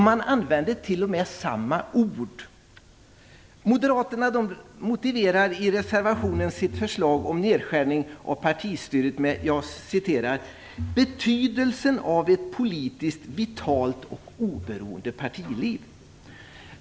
Man använder t.o.m. samma ord. Moderaterna motiverar i reservationen sitt förslag om nedskärning av partistödet med "betydelsen av ett politiskt vitalt och oberoende partiliv".